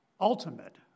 ultimate